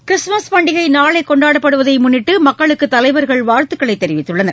Christmas பண்டிகை நாளை கொண்டாடப்படுவதை முன்னிட்டு மக்களுக்கு தலைவர்கள் வாழத்துக்கள் தெரிவித்துள்ளனர்